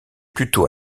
plutôt